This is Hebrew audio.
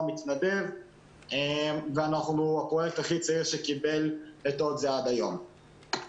מתנדב ואנחנו הפרויקט הכי צעיר שקיבל אות זה עד היום.